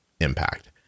impact